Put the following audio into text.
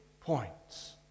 points